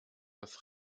das